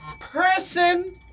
person